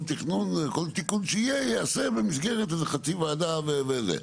תיקון שיהיה ייעשה במסגרת איזו חצי וועדה וזה.